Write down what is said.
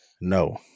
No